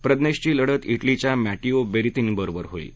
प्रज्ञेशची लढत इटलीच्या मॅटिओ बेरेतिनीबरोबर होईल